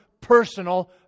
personal